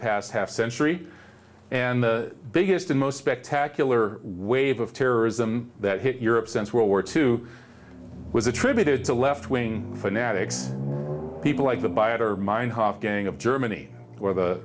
past half century and the biggest and most spectacular wave of terrorism that hit europe since world war two was attributed to left wing fanatics people like the bioterror meinhof gang of germany or the